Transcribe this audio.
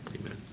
amen